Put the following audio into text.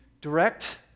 direct